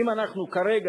אם אנחנו כרגע,